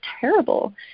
terrible